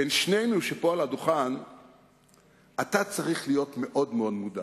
בין שנינו שפה על הדוכן אתה צריך להיות מאוד-מאוד מודאג.